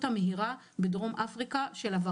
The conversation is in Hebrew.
המהירה של הווריאנט הזה בדרום אפריקה.